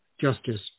justice